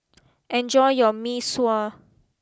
enjoy your Mee Sua